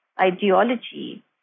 ideology